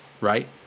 right